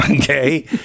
okay